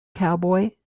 cowboy